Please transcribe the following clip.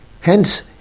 Hence